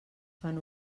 fan